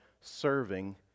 serving